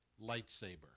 lightsaber